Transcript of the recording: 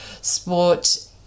sport